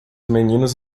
meninos